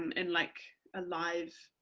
and in like a live